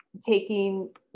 taking